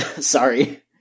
Sorry